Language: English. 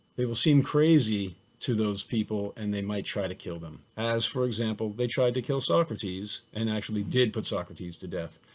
they will seem crazy to those people and they might try to kill them. as for example, they tried to kill socrates and actually did put socrates to death.